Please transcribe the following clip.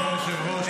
אדוני היושב-ראש,